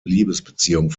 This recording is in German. liebesbeziehung